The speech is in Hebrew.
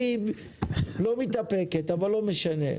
היא לא מתאפקת, אבל לא משנה.